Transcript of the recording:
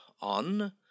on